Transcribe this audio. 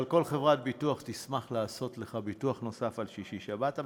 אבל כל חברת ביטוח תשמח לעשות לך ביטוח נוסף על שישי-שבת.